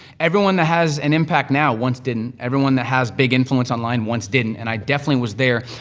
everyone that has an impact now once didn't. everyone that has big influence online once didn't, and i definitely was there.